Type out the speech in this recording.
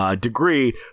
degree